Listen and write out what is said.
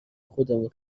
خودمون